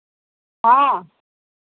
हाँ